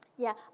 yeah.